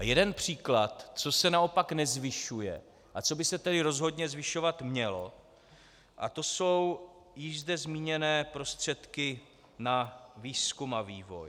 Jeden příklad, co se naopak nezvyšuje a co by se tedy rozhodně zvyšovat mělo, a to jsou již zde zmíněné prostředky na výzkum a vývoj.